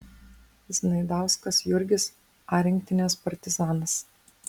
znaidauskas jurgis a rinktinės partizanas